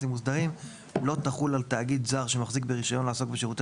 מוסדרים לא תחול על תאגיד זר שמחזיק ברישיון לעסוק בשירותי